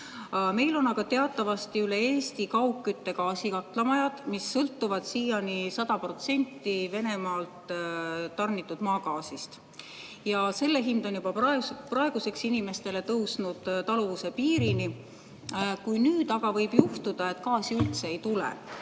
Meil on aga teatavasti üle Eesti kaugkütte gaasikatlamajad, mis sõltuvad siiani sada protsenti Venemaalt tarnitud maagaasist. Selle hind on juba praeguseks tõusnud inimeste taluvuse piirini. Kui nüüd aga võib juhtuda, et gaasi üldse ei tule,